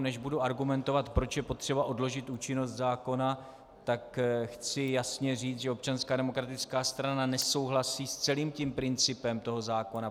Než budu argumentovat, proč je potřeba odložit účinnost zákona, chci jasně říci, že Občanská demokratická strana nesouhlasí s celým principem zákona.